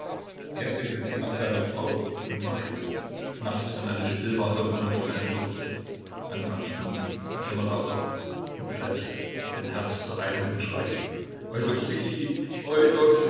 er sehnte sich nach seiner frau und weinte nachts wenn alles still war hörte man oft sein schluchzen anfangs dumpf dann immer lauter und zuletzt den herzzerreißenden schrei